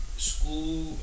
School